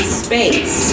space